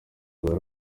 bari